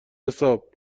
حساب